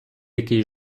який